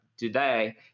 today